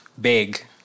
big